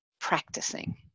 practicing